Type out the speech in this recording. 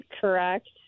correct